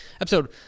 episode